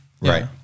Right